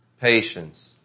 patience